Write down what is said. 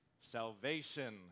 Salvation